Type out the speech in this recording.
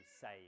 save